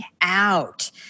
out